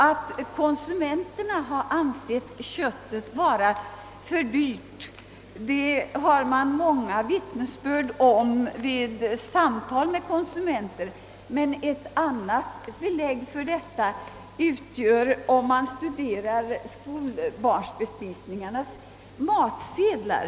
Att konsumenterna har ansett köttet vara för dyrt har man fått många belägg för vid samtal med enskilda personer. Ett annat belägg för detta får man vid studium av skolbarnsbespisningarnas matsedlar.